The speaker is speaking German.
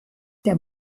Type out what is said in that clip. der